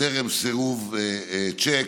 טרם סירוב צ'ק.